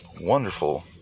wonderful